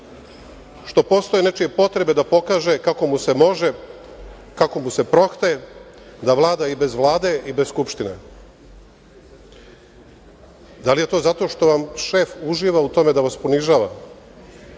što postoje nečije potrebe da pokaže kako mu se može, kako mu se prohte da vlada i bez Vlade, a i bez Skupštine? Da li je to zato vam šef uživa u tome da vas ponižava?